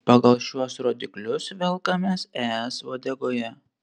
pagal šiuos rodiklius velkamės es uodegoje